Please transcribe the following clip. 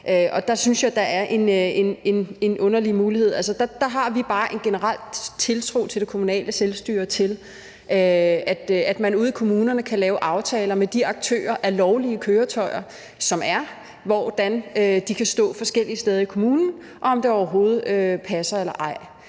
Altså, der har vi bare en generel tiltro til det kommunale selvstyre og til, at man ude i kommunerne kan lave aftaler med de aktører, der udlejer lovlige køretøjer, i forhold til hvordan de kan stå på forskellige steder i kommunen, og om det overhovedet passer eller ej.